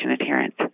adherence